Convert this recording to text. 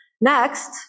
Next